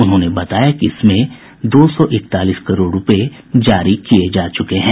उन्होंने बताया कि इसमें से दो सौ इकतालीस करोड़ रूपये जारी किये जा चुके हैं